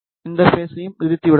இந்த பேஸையும் நிறுத்திவிடலாம்